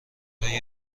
های